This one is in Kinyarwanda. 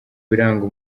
biranga